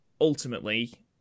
Ultimately